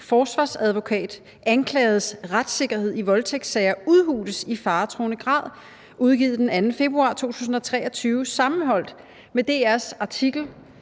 »Forsvarsadvokat: Anklagedes retssikkerhed i voldtægtssager udhules i faretruende grad« udgivet den 2. februar 2023 sammenholdt med DR’s artikel